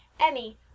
Emmy